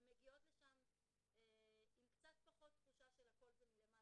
הוא חייב להיות חלק מאורח החיים בבית הספר ולא רק משהו שבאים,